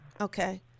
Okay